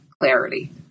clarity